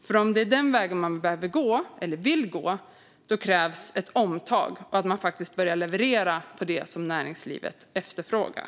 För om det är den vägen man vill gå krävs ett omtag och att man faktiskt börjar leverera på det som näringslivet efterfrågar.